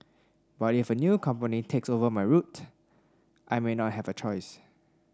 but if a new company takes over my route I may not have a choice